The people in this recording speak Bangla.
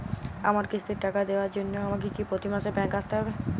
আমার কিস্তির টাকা দেওয়ার জন্য আমাকে কি প্রতি মাসে ব্যাংক আসতে হব?